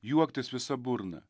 juoktis visa burna